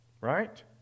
right